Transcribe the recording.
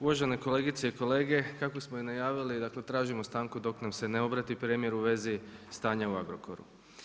Uvažene kolegice i kolege, kako smo i najavili, dakle tražimo stanku dok nam se ne obrati premijer u vezi stanja u Agrokoru.